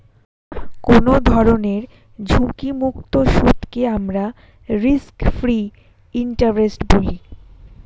কোনো ধরনের ঝুঁকিমুক্ত সুদকে আমরা রিস্ক ফ্রি ইন্টারেস্ট বলি